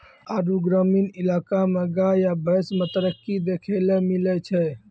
आरु ग्रामीण इलाका मे गाय या भैंस मे तरक्की देखैलै मिलै छै